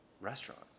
restaurant